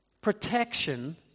protection